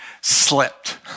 slipped